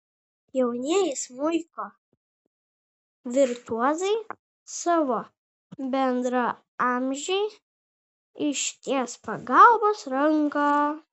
jaunieji smuiko virtuozai savo bendraamžei išties pagalbos ranką